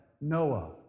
Noah